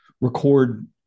record